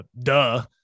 duh